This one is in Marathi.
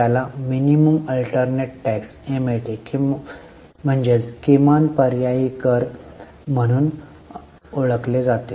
याला किमान पर्यायी कर म्हणून ओळखले जाते